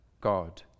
God